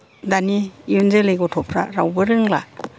दानि इयुन जोलै गथ'फ्रा रावबो रोंला